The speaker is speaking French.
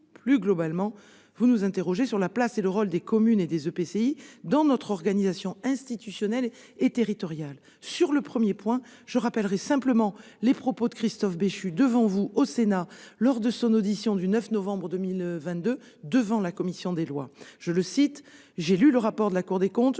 Plus globalement, vous vous interrogez sur la place et le rôle des communes et des EPCI dans notre organisation institutionnelle et territoriale. Sur le premier point, je rappellerai simplement les propos qu'a tenus Christophe Béchu au Sénat lors de son audition devant la commission des lois le 9 novembre 2022 :« J'ai lu le rapport de la Cour des comptes,